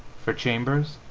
for chambers,